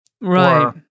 Right